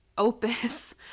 opus